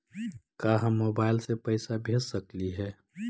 का हम मोबाईल से पैसा भेज सकली हे?